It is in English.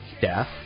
Death